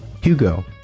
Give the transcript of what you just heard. Hugo